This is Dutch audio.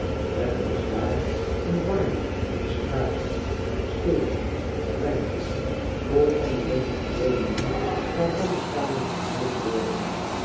het is daar een warnet van straten stegen pleintjes vol van ellendige woningen waarvan de kamera verhuurd worden